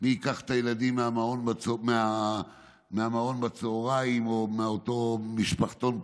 מי ייקח את הילדים מהמעון בצוהריים או מאותו משפחתון,